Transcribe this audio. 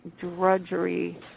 drudgery